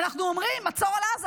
ואנחנו אומרים: מצור על עזה,